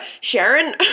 Sharon